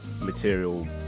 material